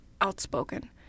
outspoken